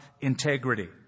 integrity